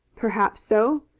perhaps so,